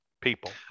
people